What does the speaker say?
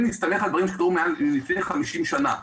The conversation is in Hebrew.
להסתמך על דברים שקרו לפני מעל 50 שנים.